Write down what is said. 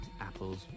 apples